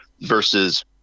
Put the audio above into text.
versus